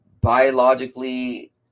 biologically